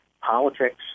politics